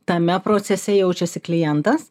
tame procese jaučiasi klientas